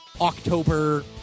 October